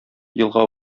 елга